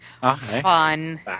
fun